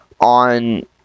on